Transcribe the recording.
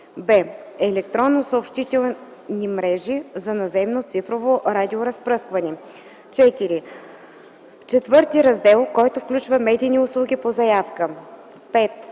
б) електронни съобщителни мрежи за наземно цифрово радиоразпръскване. 4. Четвърти раздел, който включва медийните услуги по заявка.